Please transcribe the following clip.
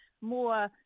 more